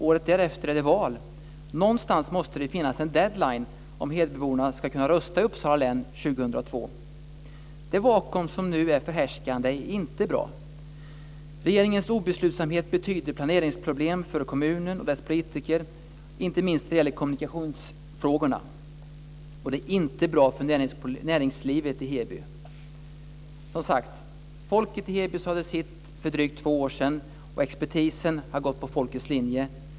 Året därefter är det val. Någonstans måste det finnas en deadline om hebyborna ska kunna rösta i Uppsala län 2002. Det vakuum som nu är förhärskande är inte bra. Regeringens obeslutsamhet betyder planeringsproblem för kommunens politiker, inte minst när det gäller kommunikationsfrågorna. Det är inte bra för näringslivet i Heby. Folket i Heby sade sitt för drygt två år sedan. Expertisen har gått på folkets linje.